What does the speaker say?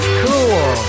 cool